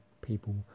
people